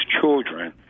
children